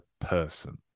person